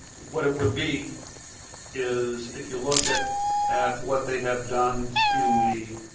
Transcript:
what it would be is if you look at at what they have done in the